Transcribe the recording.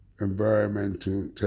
Environmental